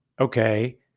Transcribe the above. okay